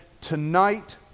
tonight